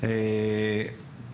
באמונה גדולה מאוד,